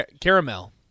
Caramel